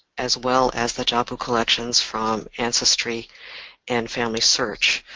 as well as the jaipu collections from ancestry and familysearch